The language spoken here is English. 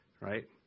Right